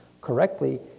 correctly